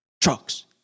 Trucks